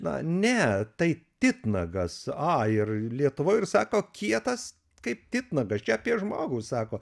na ne tai titnagas a ir lietuvoj ir sako kietas kaip titnagas apie žmogų sako